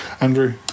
Andrew